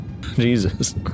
Jesus